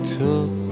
took